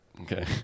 Okay